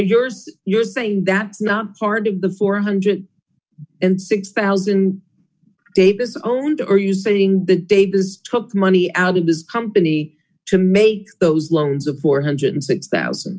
yours you're saying that's not part of the four hundred and six thousand davis owned are you saying that davis took money out of his company to make those loans of four hundred and six thousand